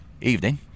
Evening